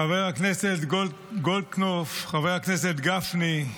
חבר הכנסת גולדקנופ, חבר הכנסת גפני,